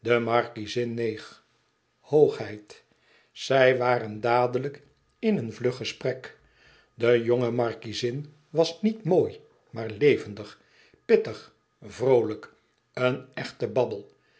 de markiezin neeg hoogheid zij waren dadelijk in een vlug gesprek de jonge markiezin was niet mooi maar levendig pittig vroolijk een echte babbel